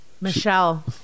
Michelle